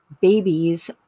babies